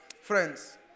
Friends